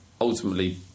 ultimately